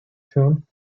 tune